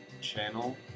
channel